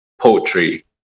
poetry